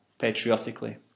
patriotically